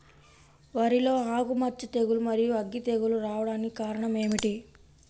వరిలో ఆకుమచ్చ తెగులు, మరియు అగ్గి తెగులు రావడానికి కారణం ఏమిటి?